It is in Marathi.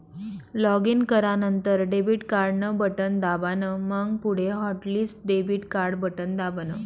लॉगिन करानंतर डेबिट कार्ड न बटन दाबान, मंग पुढे हॉटलिस्ट डेबिट कार्डन बटन दाबान